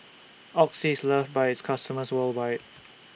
Oxy IS loved By its customers worldwide